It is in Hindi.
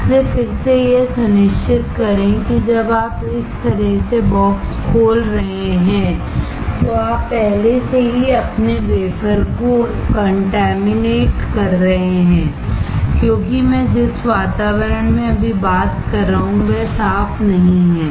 इसलिए फिर से यह सुनिश्चित करें कि जब आप इस तरह से बॉक्स खोल रहे हैं तो आप पहले से ही अपने वेफर को कॉन्टैमिनेट कर रहे हैं क्योंकि मैं जिस वातावरण में अभी बात कर रहा हूं वह साफ नहीं है